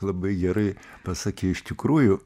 labai gerai pasakei iš tikrųjų